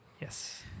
Yes